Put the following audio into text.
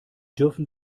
dürfen